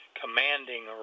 commanding